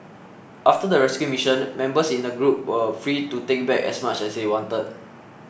after the rescue mission members in the group were free to take back as much as they wanted